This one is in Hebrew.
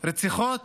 לרציחות